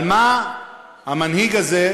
על מה המנהיג הזה,